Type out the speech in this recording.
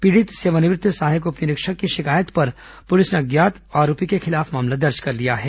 पीडित सेवानिवृत्त सहायक उप निरीक्षक की शिकायत पर पुलिस ने अज्ञात आरोपी के खिलाफ मामला दर्ज कर लिया है